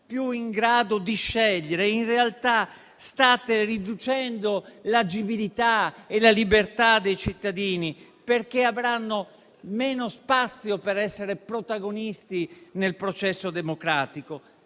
più in grado di scegliere. Ma, in realtà, state riducendo l'agibilità e la libertà dei cittadini, perché avranno meno spazio per essere protagonisti nel processo democratico.